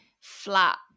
flat